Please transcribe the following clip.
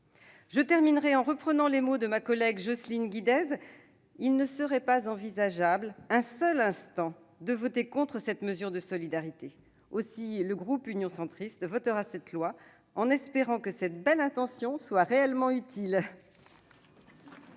Je terminerai en reprenant les mots de ma collègue Jocelyne Guidez :« Il ne serait pas envisageable un seul instant de voter contre cette mesure de solidarité ». Aussi, le groupe Union Centriste votera cette proposition de loi en espérant que cette belle intention soit réellement utile